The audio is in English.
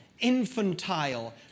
infantile